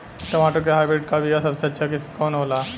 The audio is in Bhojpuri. टमाटर के हाइब्रिड क बीया सबसे अच्छा किस्म कवन होला?